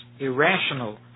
irrational